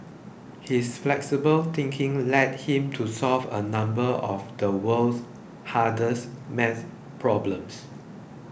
his flexible thinking led him to solve a number of the world's hardest math problems